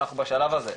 אנחנו בשלב הזה,